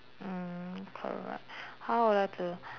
mm correct how would like to